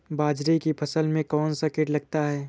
बाजरे की फसल में कौन सा कीट लगता है?